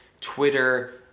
twitter